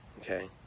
Okay